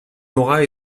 nora